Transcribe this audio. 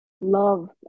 love